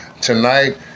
Tonight